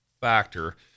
factor